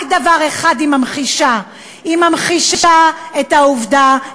רק דבר אחד היא ממחישה: היא ממחישה את העובדה,